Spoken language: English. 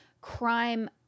Crime